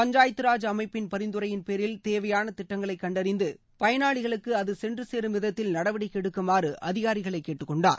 பஞ்சாயத்தராஜ் அமைப்பின் பரிந்தரையின் பேரில் தேவையான திட்டங்களை கண்டறிந்து பயனாளிகளுக்கு அது சென்று சேரும் விதத்தில் நடவடிக்கை எடுக்குமாறு அதிகாரிகளை கேட்டுக் கொண்டார்